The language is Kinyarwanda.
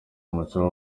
umuco